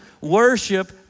worship